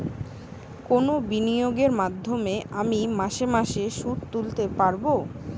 কোন বিনিয়োগের মাধ্যমে আমি মাসে মাসে সুদ তুলতে পারবো?